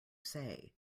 say